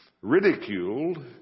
ridiculed